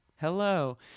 hello